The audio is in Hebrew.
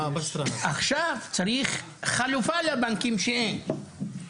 עכשיו צריך חלופה לבנקים שאין.